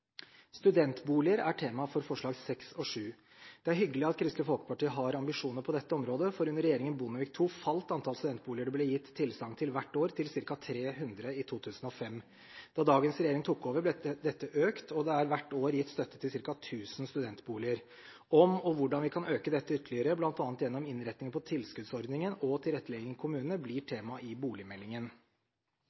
Studentboliger er tema for forslagene nr. 6 og nr. 7. Det er hyggelig at Kristelig Folkeparti har ambisjoner på dette området, for under regjeringen Bondevik II falt antall studentboliger det ble gitt tilsagn til, hvert år, til ca. 300 i 2005. Da dagens regjering tok over, ble dette økt, og det er hvert år gitt støtte til ca. 1 000 studentboliger. Om og hvordan vi kan øke dette ytterligere, bl.a. gjennom innretningen på tilskuddsordningen og tilrettelegging i kommunene, blir tema i boligmeldingen.